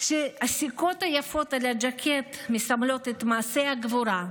שהסיכות היפות על הז'קט מסמלות את מעשי הגבורה,